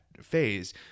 phase